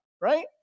right